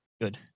Good